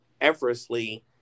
effortlessly